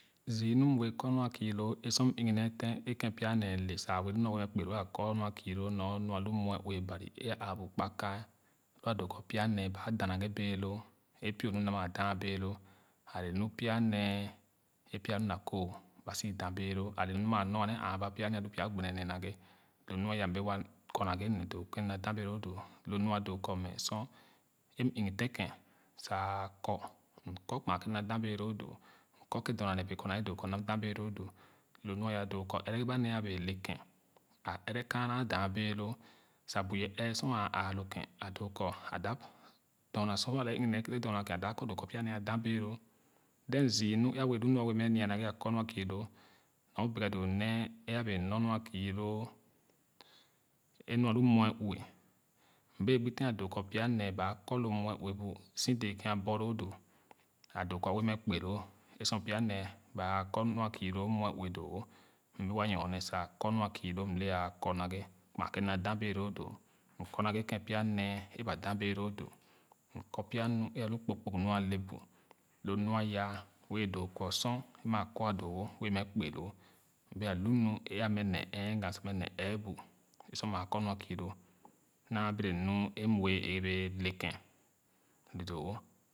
Zii nu m wɛɛ kɔ nu a kii loo a sor m iginee tèn ē kèn pya nee le sa wɛɛ lu nu a wɛɛ kpeloo a kɔ nɔr nu alu muɛ ue bari ē āā bu kpa-kae lo a doo kɔ pya nee ba da na ghe bee loo épie nu m da maa dah bee loo ale me pya nee ē pya a lu na kooh ba si da bee lo ale nu maa nɔia nee a ba pya nee alu pya gbenenee naghe lo nu aya m bee wa kɔ naghe doo kén m da da bee loo doo lo nua doo kɔ mɛ sor ēm igitèn kèn sa akɔ m kɔ kpaa kèn m da da beeloo doo m kɔ kèn doma nee bee kɔ naghe doo kɔ mda m da bee loo doo lo nu aya doo kɔ ɛrɛ ba nee bee le kèn a ɛrɛ kaana a da bɛɛ loo sa bu ye ɛɛ sor āā lo ken a doo kɔ a dap doma sor alɛ ugonee kere dorna ken a dap kɔ doo kɔ pya nee a da bee loo then zii nu ā kɔ nu a kii loo nyo bɛga doo nee ē a bee nor nu a kii loo e nu alu muɛ ue m bee gbotèn a doo kɔ pya nee ba kɔ lo muɛ ue bu si dee kén a borloo doo a doo kɔ a wɛɛ mɛ kpe loo ē sor pya nee ba kɔ nɔa a kii loo muɛ ue doo-wo m wɛɛ wa nyone sa kɔ kii loo m le āā kɔ naghe kpaa kèn m da dah bee hgo doo m kɔ naghe kèn pya nee é ba da bee loo doo m kɔ pya ē alu kpug kpug nu ale bu lo nɔ’a wɛɛ doo kor maa kɔa doowo bee mɛ kpe loo bɛa lu nu ē amɛ ne ɛɛghe ē sa mɛ ne ɛɛbu ē sor maa kɔ nu aakèè loo naa bɛrɛ nu e wɛɛ ɛgere le kèn le doo-wo